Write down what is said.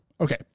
Okay